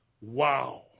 Wow